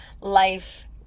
life